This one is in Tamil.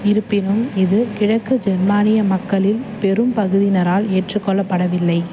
இருப்பினும் இது கிழக்கு ஜெர்மானிய மக்களில் பெரும் பகுதியினரால் ஏற்றுக்கொள்ளப்படவில்லை